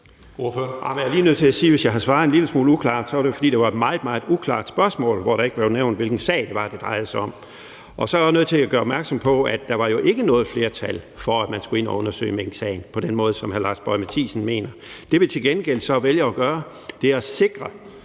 har svaret en lille smule uklart, så er det, fordi det var et meget, meget uklart spørgsmål, hvor der ikke blev nævnt, hvilken sag det var, det drejede sig om. Jeg er også nødt til at gøre opmærksom på, at der jo ikke var noget flertal for, at man skulle gå ind og undersøge minksagen på den måde, som hr. Lars Boje Mathiesen mener. Det, vi så til gengæld vælger at gøre, er at sikre,